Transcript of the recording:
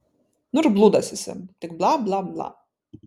nu ir blūdas esi tik bla bla bla